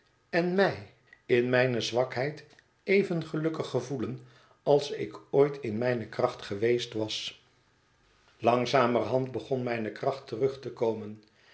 en mij in mijne zwakheid even gelukkig gevoelen als ik ooit in mijne kracht geweest was langzamerhand begon mijne kracht terug te komen